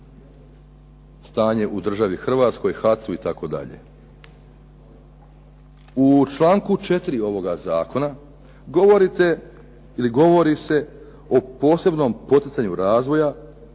stanje u državi Hrvatskoj, HAC-u itd. U članku 4. ovoga zakona, govorite ili govori se o posebnom poticaju razvoja